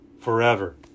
forever